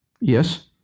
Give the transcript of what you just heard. Yes